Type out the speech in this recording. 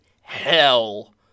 hell